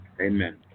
Amen